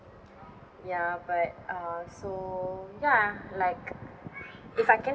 ya but uh so ya like if I can